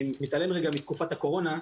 אני מתעלם כרגע מתקופת הקורונה,